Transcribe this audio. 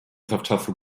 zawczasu